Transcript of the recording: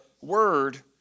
word